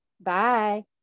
Bye